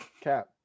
Cap